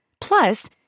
Plus